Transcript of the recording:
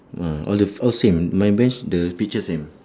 mm all the all same my bench the picture same